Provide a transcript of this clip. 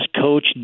coach